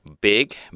BIG